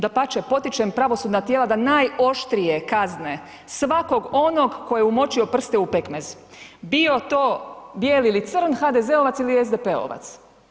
Dapače, potičem pravosudna tijela da najoštrije kazne svakog onog ko je umočio prste u pekmez, bio to bijel ili crn, HDZ-ovac ili SDP-ovac.